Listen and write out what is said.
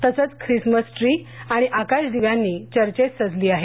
तसेच Christmas tree आणि आकाशदिव्यांनी चर्चेस सजली आहेत